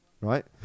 right